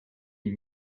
die